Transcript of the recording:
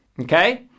Okay